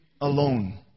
alone